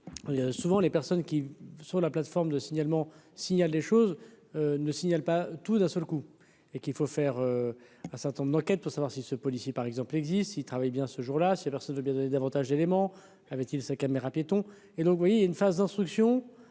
il souvent les personnes qui, sur la plateforme de signalement signale des choses ne signale pas tout d'un seul coup, et qu'il faut faire un certain nombre d'enquêtes pour savoir si ce policier, par exemple, il existe, il travaille bien, ce jour là, ces personnes, de bien donner davantage d'éléments avait-il ces caméras-piétons et donc, vous voyez une phase d'instruction